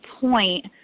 point